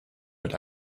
mit